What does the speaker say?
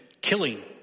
killing